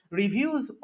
reviews